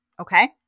okay